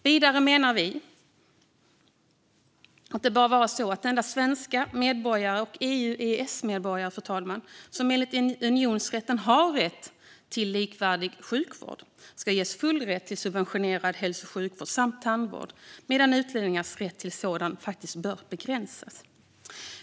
Vidare menar vi att det bör vara så att endast svenska medborgare och EU/EES-medborgare som enligt unionsrätten har rätt till likvärdig sjukvård ska ges full rätt till subventionerad hälso och sjukvård samt tandvård medan utlänningars rätt till sådan faktiskt bör begränsas.